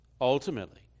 ultimately